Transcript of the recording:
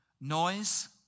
noise